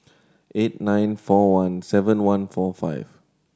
eight nine four one seven one four five